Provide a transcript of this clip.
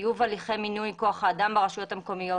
טיוב הליכי מינוי כוח האדם ברשויות המקומיות